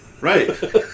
Right